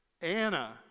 Anna